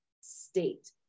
state